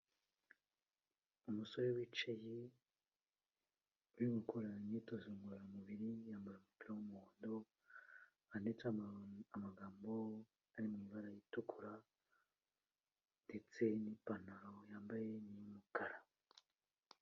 Umusore wicaye uri gukora imyitozo ngororamubiri, yambaye umupira w'umuhondo wanditseho amagambo ari mu ibara ritukura ndetse n'ipantaro yambaye ni iy'umukara.